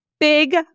Big